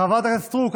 חברת הכנסת סטרוק,